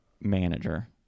manager